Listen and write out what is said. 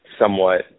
somewhat